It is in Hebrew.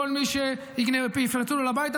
כל מי שיפרצו לו לבית,